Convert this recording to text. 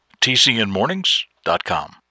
TCNmornings.com